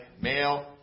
male